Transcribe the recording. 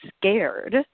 scared